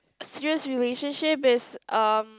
serious relationship is um